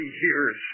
years